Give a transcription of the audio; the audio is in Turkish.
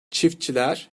çiftçiler